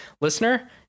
Listener